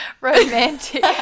romantic